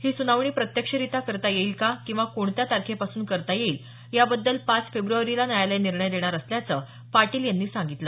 ही सुनावणी प्रत्यक्षरित्या करता येईल का किंवा कोणत्या तारखेपासून करता येईल या बद्दल पाच फेब्रुवारीला न्यायालय निर्णय देणार असल्याचं पाटील यांनी सांगितलं